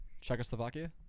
Czechoslovakia